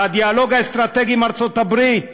הדיאלוג האסטרטגי עם ארצות-הברית